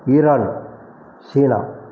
Iran China